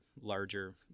larger